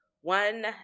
one